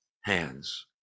hands